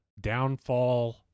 downfall